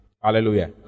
Hallelujah